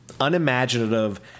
Unimaginative